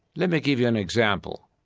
let me give you an example.